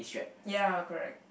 ya correct